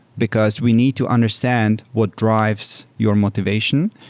because we need to understand what drives your motivation.